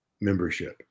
membership